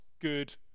good